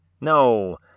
No